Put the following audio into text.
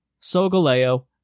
Sogaleo